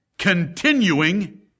continuing